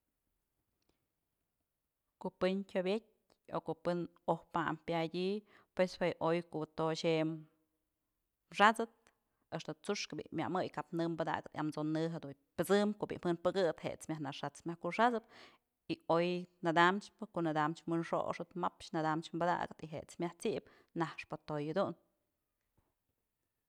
Ko'o pë tyobyëtë o ko'o pë oj pam pyadyë pues jue oy ko'o toy xëm xat'sëp axta t'suxk bi'i myë mëy kap në padakëp yamso'o në jedun pësëm ko'o bi'i jën pëkëbëp jet's myaj naxat's myaj kuxat'sëp y oy nadamch pë ko'o nadamch wyonxoxëp mapx nadamch padakëp y jet's myaj t'sip naxpë toy jedun.